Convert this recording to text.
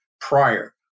prior